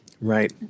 Right